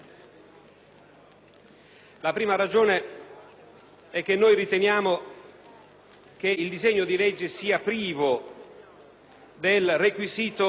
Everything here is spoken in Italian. La prima ragione è che noi riteniamo che il disegno di legge sia privo del requisito, e sia